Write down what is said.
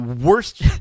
worst